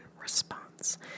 Response